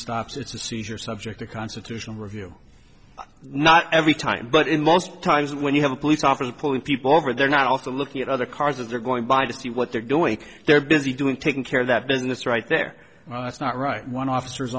stops it's a seizure subject or constitutional review not every time but in most times when you have a police officer pulling people over they're not also looking at other cars or going by to see what they're doing they're busy doing taking care of that business right there that's not right one officer